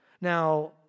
Now